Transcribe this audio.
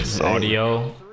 audio